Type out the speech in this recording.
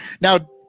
Now